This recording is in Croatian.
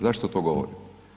Zašto to govorim?